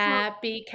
Happy